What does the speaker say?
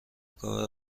کار